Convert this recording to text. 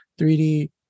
3d